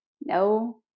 no